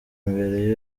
imbere